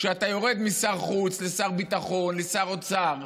כשאתה יורד משר החוץ לשר הביטחון לשר אוצר,